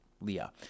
Leah